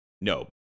no